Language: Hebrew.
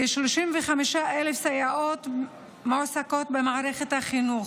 כ-35,000 סייעות מועסקות במערכת החינוך.